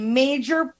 major